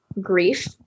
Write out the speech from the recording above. grief